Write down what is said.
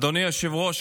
אדוני היושב-ראש,